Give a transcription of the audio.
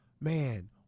Man